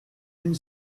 une